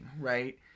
right